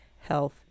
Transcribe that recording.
health